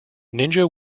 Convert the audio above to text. ninja